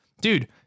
Dude